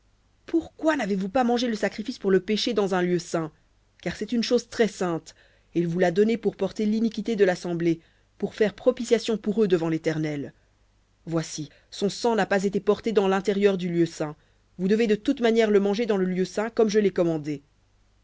pourquoi n'avez-vous pas mangé le sacrifice pour le péché dans un lieu saint car c'est une chose très-sainte et il vous l'a donné pour porter l'iniquité de l'assemblée pour faire propitiation pour eux devant léternel voici son sang n'a pas été porté dans l'intérieur du lieu saint vous devez de toute manière le manger dans le lieu saint comme je l'ai commandé